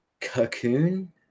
Cocoon